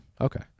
Okay